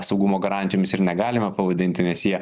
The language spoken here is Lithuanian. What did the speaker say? saugumo garantijomis ir negalime pavadinti nes jie